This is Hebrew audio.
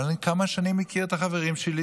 אבל עד כמה שאני מכיר את החברים שלי,